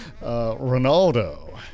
Ronaldo